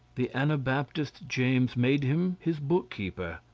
the anabaptist james made him his bookkeeper.